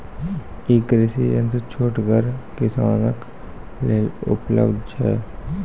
ई कृषि यंत्र छोटगर किसानक लेल उपलव्ध छै?